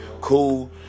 cool